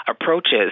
approaches